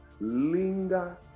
linger